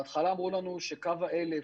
בהתחלה אמרו לנו שקו האלף